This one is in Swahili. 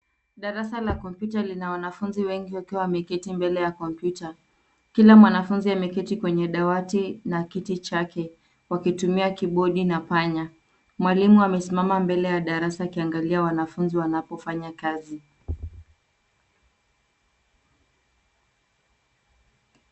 Darasa la kompyuta lina wanafunzi wengi wakiwa wameketi mbele ya kompyuta. Kila mwanafunzi ameketi kwenye dawati na kiti chake, wakitumia kibodi na panya. Mwalimu amesimama mbele ya darasa akiangalia wanafunzi wanapofanya kazi.